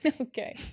Okay